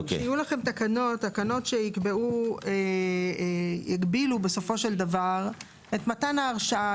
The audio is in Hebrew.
אבל כשיהיו לכם תקנות שיגבילו בסופו של דבר את מתן ההרשאה,